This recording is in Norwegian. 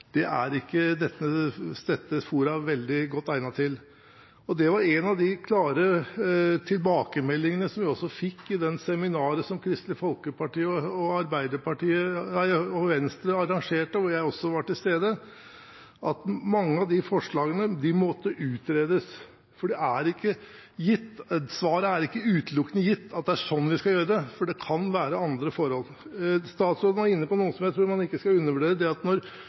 er dette forumet ikke veldig godt egnet til. En av de klare tilbakemeldingene som vi fikk i det seminaret som Kristelig Folkeparti og Venstre arrangerte, og hvor jeg var til stede, var at mange av disse forslagene måtte utredes. Det er ikke utelukkende gitt at svaret er at det er slik vi skal gjøre det – det kan være andre forhold. Statsråden var inne på noe som jeg tror man ikke skal undervurdere: Når noe er vanlig i trafikkbildet, tar man hensyn til det. Vegvesenet sier ofte at